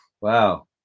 Wow